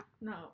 No